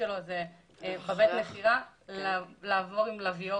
שתפקידו בבית המכירה לעבור עם להביור